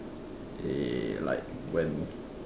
eh like when